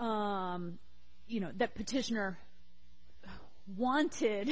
say you know that petitioner wanted